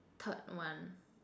third one